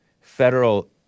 federal